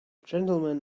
gentlemen